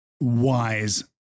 wise